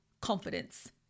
confidence